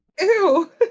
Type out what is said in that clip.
Ew